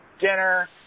dinner